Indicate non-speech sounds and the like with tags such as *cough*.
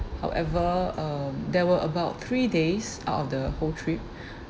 however um there were about three days out of the whole trip *breath*